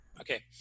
Okay